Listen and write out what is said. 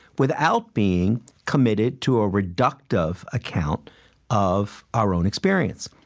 without being committed to a reductive account of our own experience.